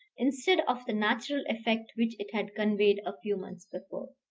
instead of the natural effect which it had conveyed a few months before.